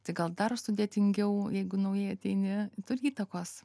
tai gal dar sudėtingiau jeigu naujai ateini turi įtakos